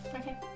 Okay